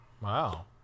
wow